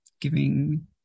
giving